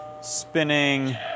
spinning